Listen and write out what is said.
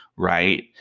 Right